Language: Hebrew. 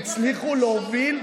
מנגד,